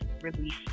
release